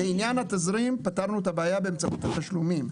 לעניין התזרים פתרנו את הבעיה באמצעות התשלומים.